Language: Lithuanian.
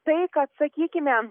tai kad sakykime